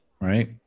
Right